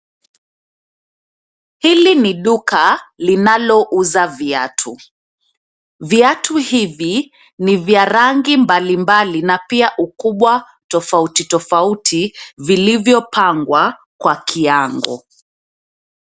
Hili ni duka linalouza viatu. Viatu hivi ni vya rangi mbali mbali na pia ukubwa tofauti tofauti vilivyopangwa kwa kiango.